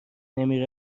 نمی